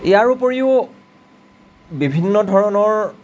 ইয়াৰ উপৰিও বিভিন্ন ধৰণৰ